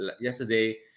yesterday